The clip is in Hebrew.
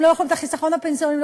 את החיסכון הפנסיוני,